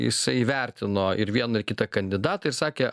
jisai įvertino ir vieną ir kitą kandidatą ir sakė